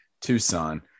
tucson